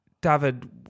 David